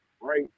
right